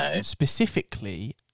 specifically